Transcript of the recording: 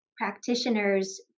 practitioners